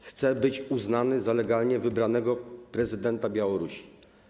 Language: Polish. Chce być uznany za legalnie wybranego prezydenta Białorusi.